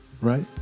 right